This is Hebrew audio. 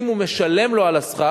אם הוא משלם לו על הסכך,